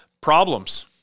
problems